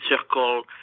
circle